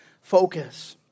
focus